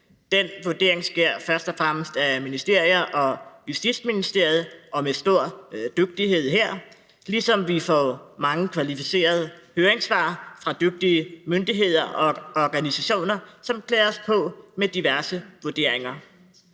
Den vurdering foretages først og fremmest af ministerier og Justitsministeriet og med stor dygtighed her, ligesom vi får mange kvalificerede høringssvar fra dygtige myndigheder og organisationer, som klæder os på med diverse vurderinger.